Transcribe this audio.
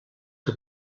que